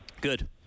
good